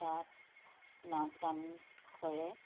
তাত নাচ গান কৰে